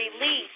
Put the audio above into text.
release